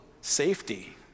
safety